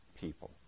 people